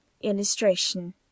Illustration